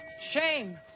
Shame